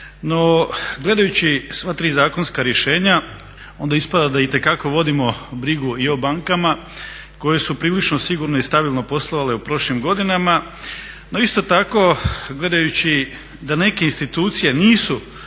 No, gledajući sva tri zakonska rješenja onda ispada da itekako vodimo brigu i o bankama koje su prilično sigurno i stabilno poslovale u prošlim godinama. No isto tako gledajući da neke institucije nisu